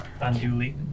Unduly